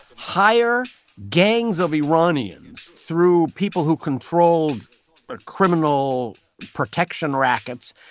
hire gangs of iranians through people who controlled ah criminal protection rackets,